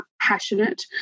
passionate